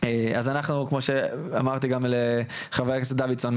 אז אנחנו כמו שאמרתי גם לחבר הכנסת דוידסון,